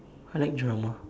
I like drama